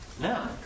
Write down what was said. Now